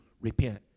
repent